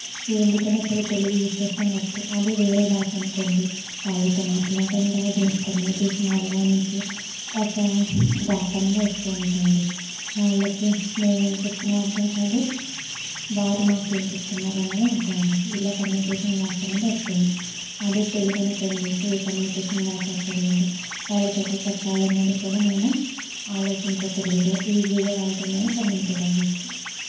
ఎందుకైనా సరే తెలుగే యూస్ చేస్తాం కాబట్టి అదే వేరే భాష అనుకోండి వాళ్ళతో మాట్లాడటం రాదు కమ్యూనికేషన్ అవ్వడానికి ఒక గ్యాప్ అనేది వస్తూ ఉంటుంది వాళ్ళకి మేము ఏం చెప్తున్నాం అర్థం కాదు వారు మాకు ఏం చెప్తున్నారు అన్నది అర్థం కాదు ఇలా కమ్యూనికేషన్ గ్యాప్ అనేది వస్తుంది అదే తెలుగు అనుకోండి ఏ కమ్యూనికేషన్ గ్యాప్ అక్కర్లేదు వాళ్ళకి ఎలా చెప్పాలన్నది కూడా మేము ఆలోచించక్కర్లేదు ఈజీగా వాళ్ళతో మేము కమ్యూనికేట్ అవ్వచ్చు